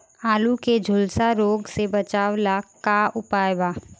आलू के झुलसा रोग से बचाव ला का उपाय बा?